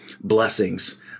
blessings